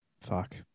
fuck